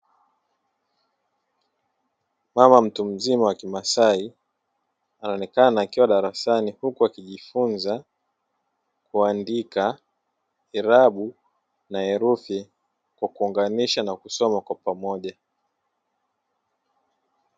Mama mtu mzima wa kimaasai anaonekana akiwa darasani huku akijifunza kuandika irabu na herufi kwa kuunganisha na kusoma kwa pamoja.